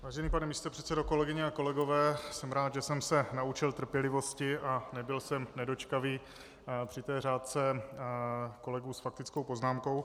Vážený pane místopředsedo, kolegyně a kolegové, jsem rád, že jsem se naučil trpělivosti a nebyl jsem nedočkavý při té řádce kolegů s faktickou poznámkou.